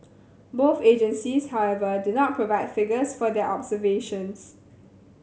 both agencies however did not provide figures for their observations